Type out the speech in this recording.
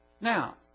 Now